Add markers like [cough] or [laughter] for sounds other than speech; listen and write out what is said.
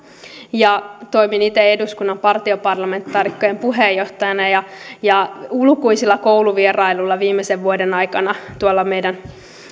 [unintelligible] toimin itse eduskunnan partioparlamentaarikkojen puheenjohtajana ja [unintelligible] ja lukuisilla kouluvierailuilla viimeisen vuoden aikana tuolla meidän